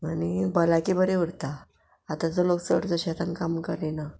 आनी भलायकी बरें उरता आतांचो लोक चड जशे आतां काम करिना